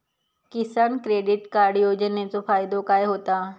किसान credit card योजनेचो फायदो काय होता?